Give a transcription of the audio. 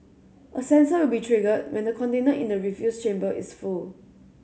a sensor will be triggered when the container in the refuse chamber is full